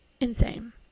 insane